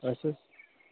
اَچھا